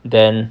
then